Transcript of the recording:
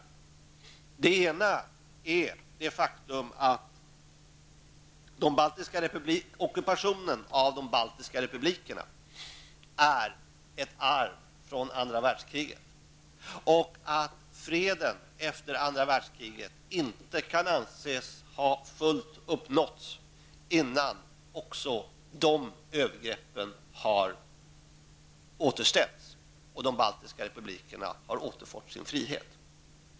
Den ena är det faktum att ockupationen av de baltiska republikerna är ett arv från andra världskriget och att freden efter andra världskriget inte kan anses ha fullt uppnåtts innan också de övergreppen har upphävts och de baltiska republikerna har återfått sin frihet.